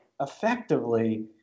effectively